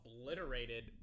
obliterated